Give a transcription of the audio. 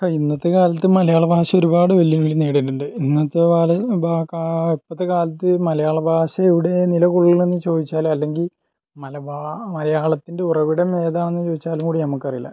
ഇന്നത്തെ കാലത്ത് മലയാള ഭാഷ ഒരുപാട് വെല്ലുവിളി നേരിടുന്നുണ്ട് ഇന്നത്തെ ഇപ്പോഴത്തെ കാലത്ത് മലയാള ഭാഷ എവിടെയാണ് നിലകൊള്ളുന്നു എന്ന് ചോദിച്ചാൽ അല്ലെങ്കിൽ മലബാർ മലയാളത്തിന്റെ ഉറവിടം ഏതാണെന്ന് ചോദിച്ചാലും കൂടി നമ്മൾക്ക് അറിയില്ല